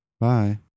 Bye